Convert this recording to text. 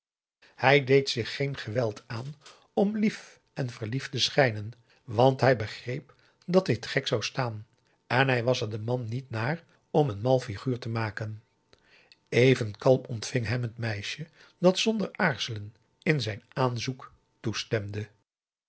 hij deed zich geen geweld aan om lief en verliefd te schijnen want hij begreep dat dit gek zou staan en hij was er de man niet naar om een mal figuur te maken even kalm ontving hem t meisje dat zonder aarzelen in zijn aanzoek toestemde